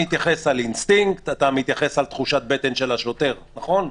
שבאופן טבעי יקשה מאוד על השוטרים בצורה משמעותית.